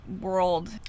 world